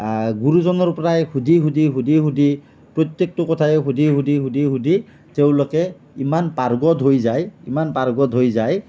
গুৰুজনৰ পৰাই সুধি সুধি সুধি সুধি প্ৰত্যেকটো কথাই সুধি সুধি সুধি সুধি তেওঁলোকে ইমান পাৰ্গত হৈ যায় ইমান পাৰ্গত হৈ যায়